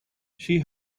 she